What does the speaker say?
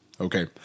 Okay